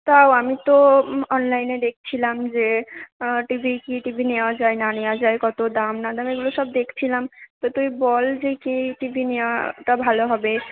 তাও আমি তো অনলাইনে দেখছিলাম যে টি ভি কী টি ভি নেওয়া যায় না নেওয়া যায় কত দাম না দাম এগুলো সব দেখছিলাম তো তুই বল যে কী টি ভি নেওয়াটা ভালো হবে